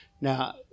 Now